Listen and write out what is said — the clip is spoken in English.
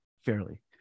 fairly